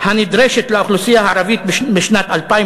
הנדרשת לאוכלוסייה הערבית בשנת 2013,